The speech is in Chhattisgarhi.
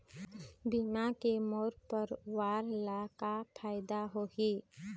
बीमा के मोर परवार ला का फायदा होही?